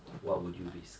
what would you risk